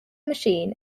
machine